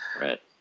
Right